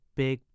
big